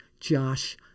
Josh